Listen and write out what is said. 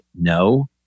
no